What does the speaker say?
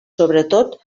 sobretot